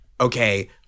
okay